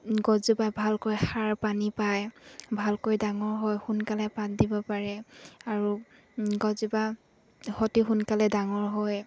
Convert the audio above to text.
গছজোপা ভালকৈ সাৰ পানী পায় ভালকৈ ডাঙৰ হয় সোনকালে পাত দিব পাৰে আৰু গছজোপা অতি সোনকালে ডাঙৰ হয়